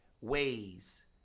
ways